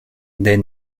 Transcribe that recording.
des